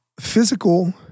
physical